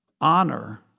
honor